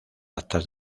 actas